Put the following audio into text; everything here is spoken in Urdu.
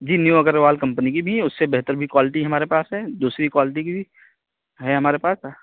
جی نیو اگروال کمپنی کی بھی ہے اس سے بہتر بھی کوالٹی ہمارے پاس ہے دوسری کوالٹی کی بھی ہے ہمارے پاس